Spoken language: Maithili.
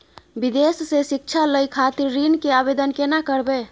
विदेश से शिक्षा लय खातिर ऋण के आवदेन केना करबे?